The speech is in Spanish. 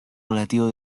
relativo